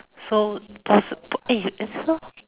so pos~ eh so